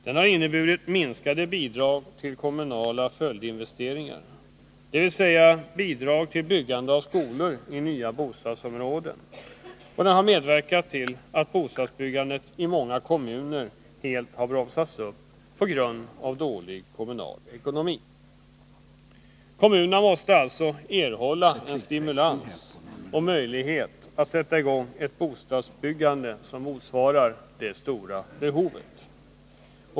Den har inneburit minskade bidrag till kommunala följdinvesteringar, dvs. bidrag till byggande av skolor i nya bostadsområden, och den har medverkat till att bostadsbyggandet i många kommuner helt har bromsats upp på grund av dålig kommunal ekonomi. Kommunerna måste alltså erhålla en stimulans och en möjlighet att sätta i gång ett bostadsbyggande som motsvarar det stora behovet.